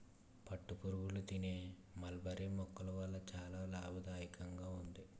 పట్టుపురుగులు తినే మల్బరీ మొక్కల వల్ల చాలా లాభదాయకంగా ఉంది